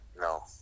no